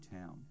town